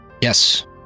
Yes